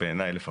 בעיניי לפחות,